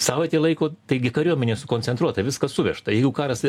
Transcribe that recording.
savaitė laiko taigi kariuomenė sukoncentruota viskas suvežta jų karas